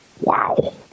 Wow